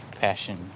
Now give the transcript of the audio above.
passion